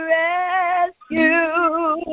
rescue